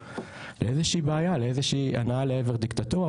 לאיזושהי בעיה לאיזושהי הנעה לעבר דיקטטורה,